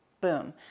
boom